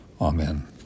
amen